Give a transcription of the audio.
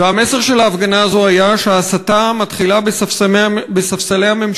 והמסר של ההפגנה הזאת היה שההסתה מתחילה בספסלי הממשלה.